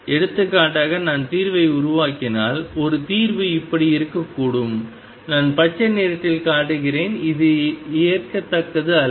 எடுத்துக்காட்டாக நான் தீர்வை உருவாக்கினால் ஒரு தீர்வு இப்படி இருக்கக்கூடும் நான் பச்சை நிறத்தில் காட்டுகிறேன் இது ஏற்கத்தக்கது அல்ல